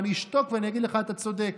אני אשתוק ואני אגיד לך: אתה צודק.